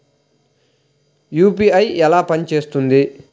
UPI ఎలా పనిచేస్తుంది?